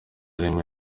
rimwe